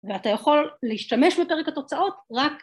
‫ואתה יכול להשתמש בפרק התוצאות ‫רק...